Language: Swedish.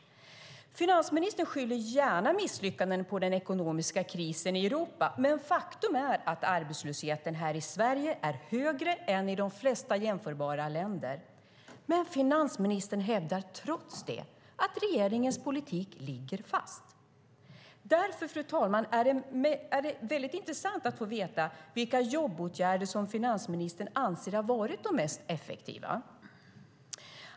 Finansministern skyller gärna misslyckandena på den ekonomiska krisen i Europa. Men faktum är att arbetslösheten här i Sverige är högre än i de flesta jämförbara länder. Finansministern hävdar trots detta att regeringens politik ligger fast. Därför, fru talman, är det intressant att få veta vilka jobbåtgärder som finansministern anser har varit de mest effektiva.